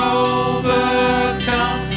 overcome